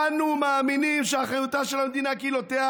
"אנו מאמינים שאחריותה של המדינה וקהילותיה